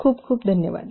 खूप खूप धन्यवाद